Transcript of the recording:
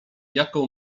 jaką